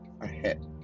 ahead